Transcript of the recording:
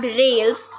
rails